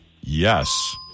Yes